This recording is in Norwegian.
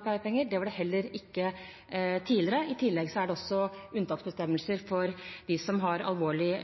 pleiepenger. Det var det heller ikke tidligere. I tillegg er det unntaksbestemmelser for dem som har alvorlig